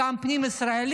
גם פנים ישראלי,